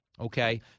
okay